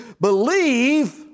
believe